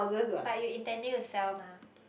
but you intending to sell mah